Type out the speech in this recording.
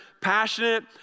passionate